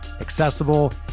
accessible